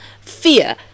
fear